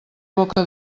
boca